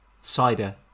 Cider